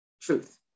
truth